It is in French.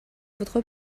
votre